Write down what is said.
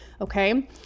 okay